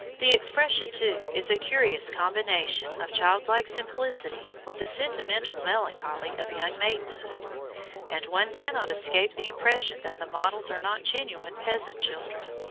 the expression, too, is a curious combination of childlike simplicity with the sentimental melancholy of young maidenhood and one cannot escape the impression that the models are not genuine peasant children,